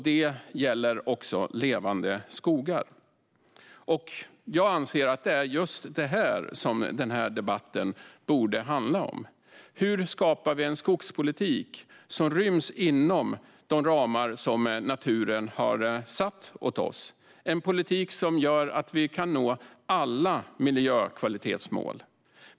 Det gäller också miljökvalitetsmålet Levande skogar. Jag anser att det är just detta som denna debatt borde handla om: Hur skapar vi en skogspolitik som ryms inom de ramar som naturen har satt åt oss, en politik som gör att vi kan nå alla miljökvalitetsmål?